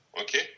okay